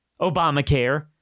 Obamacare